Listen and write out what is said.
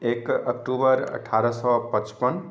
एक अक्टूबर अठारह सए पचपन